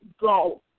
go